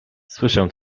słyszę